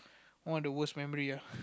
one of the worst memory ah